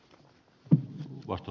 arvoisa puhemies